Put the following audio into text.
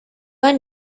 han